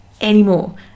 anymore